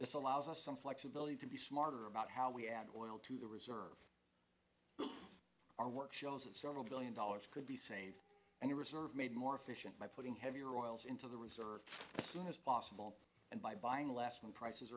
this allows us some flexibility to be smarter about how we added oil to the reserve our work shows of several billion dollars could be saved and a reserve made more efficient by putting heavier oils into the reserve as possible and by buying less when prices